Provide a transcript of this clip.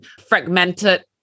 fragmented